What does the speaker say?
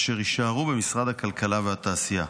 אשר יישארו במשרד הכלכלה והתעשייה.